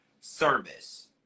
service